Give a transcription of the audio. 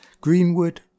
Greenwood